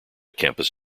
campus